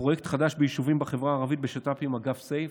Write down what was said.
פרויקט חדש ביישובים בחברה הערבית בשיתוף פעולה עם אגף סי"ף,